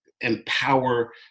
empower